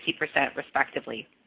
respectively